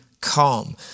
calm